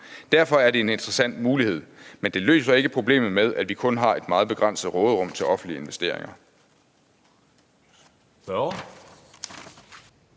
Derfor er det en interessant mulighed. Men det løser ikke problemet med, at vi kun har et meget begrænset råderum til offentlige investeringer.